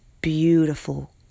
beautiful